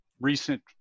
recent